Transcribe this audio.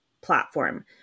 platform